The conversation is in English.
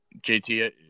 JT